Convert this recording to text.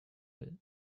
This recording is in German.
will